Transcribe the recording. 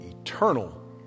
eternal